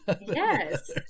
yes